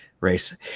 race